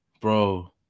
bro